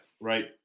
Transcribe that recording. right